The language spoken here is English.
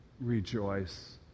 rejoice